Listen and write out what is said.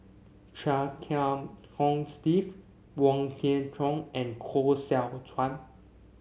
Chia Kiah Hong Steve Wong Kwei Cheong and Koh Seow Chuan